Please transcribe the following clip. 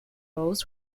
roles